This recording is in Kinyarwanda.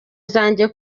zanjye